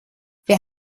wir